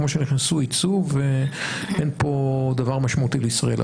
כמו שהם נכנסו ייצאו ואין פה דבר משמעותי לישראל.